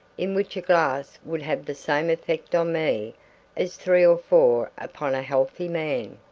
in which a glass would have the same effect on me as three or four upon a healthy man.